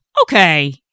okay